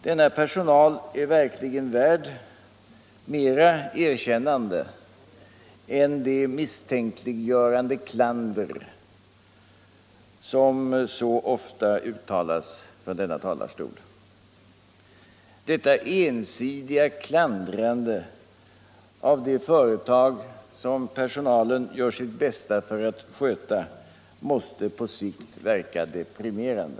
SJ:s personal är verkligen mer värd erkännande än det misstänkliggörande klander som så ofta uttalas från denna talarstol. Detta ensidiga klandrande av det företag som personalen gör sitt bästa för att sköta måste på sikt verka deprimerande.